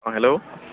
অ' hello